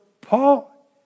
Paul